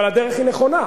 אבל הדרך היא נכונה.